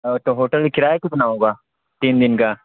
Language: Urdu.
تو ہوٹل کا کرایہ کتنا ہوگا تین دن کا